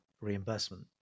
reimbursement